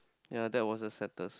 yea that was the saddest